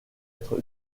être